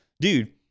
Dude